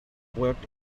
worked